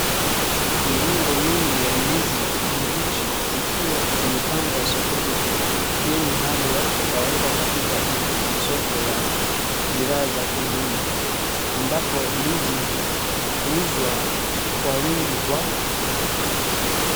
Miungo mingi ya ndizi mbichi zikiwa zimepangwa sokoni. Hii ni hali ya kawaida katika masoko ya bidhaa za kilimo ambapo ndizi huuzwa kwa wingi kwa.